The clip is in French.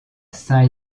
saint